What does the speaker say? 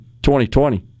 2020